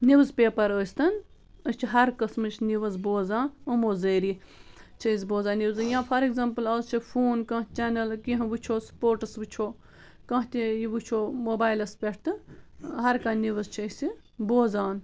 news paper ٲسۍتن أسۍ چھِ ہر قٕسمٕچ نِوٕز بوزان إمو ذٔریعہِ چھِ أسۍ بوزان نِوزٕ یا فار اٮ۪کزامپٕل آز چھِ فون کانٛہہ چَنل کیٚنٛہہ وٕچھو سٕپوٹٕس وٕچھو کانٛہہ تہِ یہِ وٕچھو موبایلس پٮ۪ٹھ تہٕ ہر کانٛہہ نِوٕز چھِ أسۍ یہِ بوزان